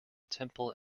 temple